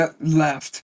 Left